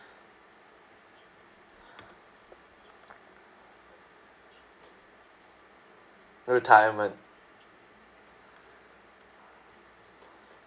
retirement